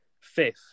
fifth